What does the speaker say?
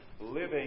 living